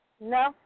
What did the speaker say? No